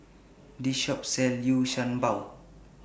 This Shop sells Liu Sha Bao